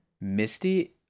Misty